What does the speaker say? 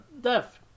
death